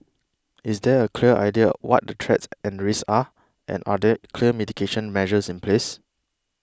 is there a clear idea what the threats and the risks are and are there clear mitigation measures in place